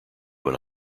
when